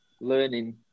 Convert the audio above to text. learning